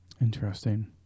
Interesting